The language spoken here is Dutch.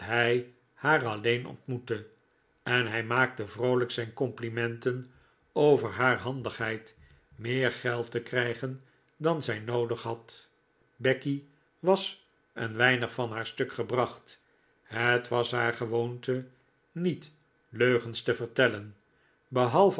haar alleen ontmoette en hij maakte vroolijk zijn complimenten over haar handigheid meer geld te krijgen dan zij noodig had becky was een weinig van haar stuk gebracht het was haar gewoonte niet leugens te vertellen behalve